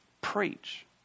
preach